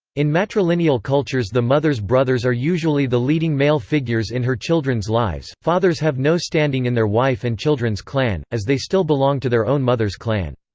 in matrilineal cultures the mother's brothers are usually the leading male figures in her children's lives fathers have no standing in their wife and children's clan, as they still belong to their own mother's clan.